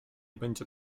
będzie